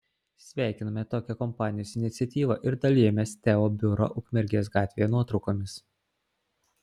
sveikiname tokią kompanijos iniciatyvą ir dalijamės teo biuro ukmergės gatvėje nuotraukomis